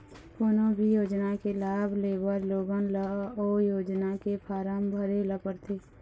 कोनो भी योजना के लाभ लेबर लोगन ल ओ योजना के फारम भरे ल परथे